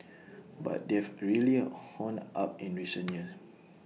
but they've really honed up in recent years